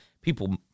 people